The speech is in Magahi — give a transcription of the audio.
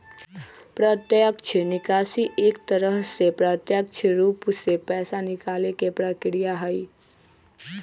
प्रत्यक्ष निकासी एक तरह से प्रत्यक्ष रूप से पैसा निकाले के प्रक्रिया हई